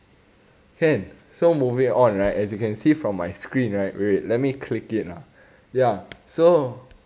can so moving on right as you can see from my screen right wait wait wait let me click in ah ya so